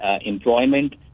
employment